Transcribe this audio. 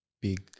big